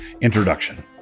Introduction